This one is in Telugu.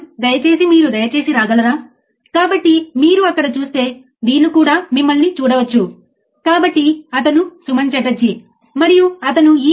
మళ్ళీ ఏదైనా వ్యవస్థను ఎలా ఆపరేట్ చేయాలో ఎల్లప్పుడూ అర్థం చేసుకోండి సరియైనదా